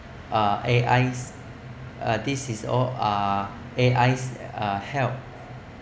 uh A_I's uh this is or uh A_I's uh help